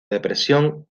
depresión